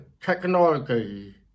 technology